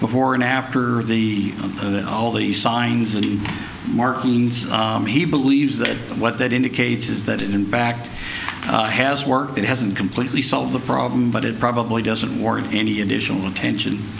before and after the and then all the signs and markings he believes that what that indicates is that in fact has worked it hasn't completely solved the problem but it probably doesn't warrant any additional attention